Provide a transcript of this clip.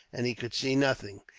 and he could see nothing.